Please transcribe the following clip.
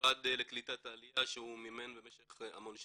ממשרד קליטת עליה שמימן במשך המון שנים,